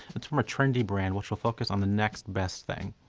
it's from a trendy brand, which will focus on the next best thing.